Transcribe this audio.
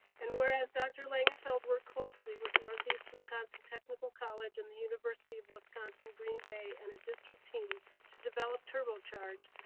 and whereas dr. langenfeld worked closely with northeast wisconsin technical college and the university of wisconsin green bay and a district team to develop turbocharge,